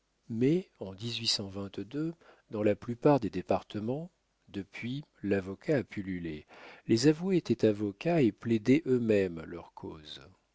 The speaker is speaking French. mais en dans la plupart des départements depuis l'avocat a pullulé les avoués étaient avocats et plaidaient eux-mêmes leurs causes